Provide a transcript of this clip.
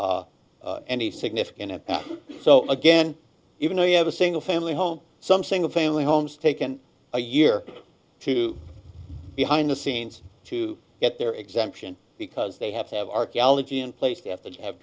minimize any significant so again even though you have a single family home some single family homes taken a year or two behind the scenes to get their exemption because they have to have archeology in place they have to have